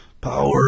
Power